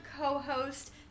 co-host